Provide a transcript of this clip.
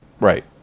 Right